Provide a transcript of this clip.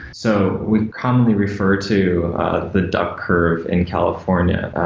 so we commonly refer to the duck curve in california,